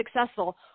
successful